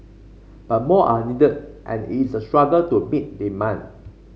but more are needed and it is a struggle to meet demand